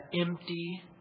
empty